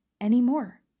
anymore